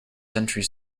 century